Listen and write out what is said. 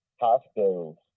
hospitals